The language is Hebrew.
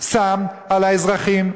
שם על האזרחים,